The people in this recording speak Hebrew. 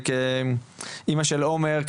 אמא של עומר,